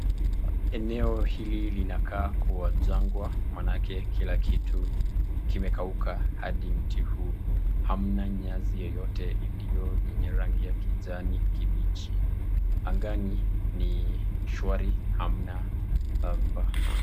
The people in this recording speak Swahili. Eneao hili inakaa kuwa jangwa maana yake kila kitu kimekauka, hadi miti huu hamana nyasi yeyote iliyo na rangi ya kijani kibichi angani ni shwari hamna haba.